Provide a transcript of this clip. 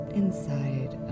inside